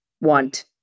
want